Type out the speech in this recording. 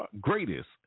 greatest